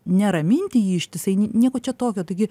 neraminti jį ištisai nieko čia tokio taigi